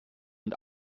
und